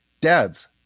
dads